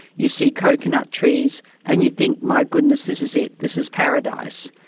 you see coconut trees and you think, my goodness, this is it, this is paradise.